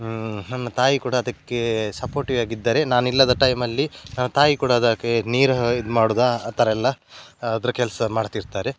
ನಮ್ಮ ತಾಯಿ ಕೂಡ ಅದಕ್ಕೆ ಸಪೋಟಿವ್ ಆಗಿ ಇದ್ದಾರೆ ನಾನು ಇಲ್ಲದ ಟೈಮಲ್ಲಿ ತಾಯಿ ಕೂಡ ಅದಕ್ಕೆ ನೀರು ಇದು ಮಾಡೋದು ಆ ಥರ ಎಲ್ಲ ಅದ್ರ ಕೆಲಸ ಮಾಡ್ತಿರ್ತಾರೆ